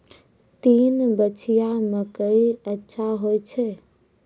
तीन पछिया मकई अच्छा होय छै?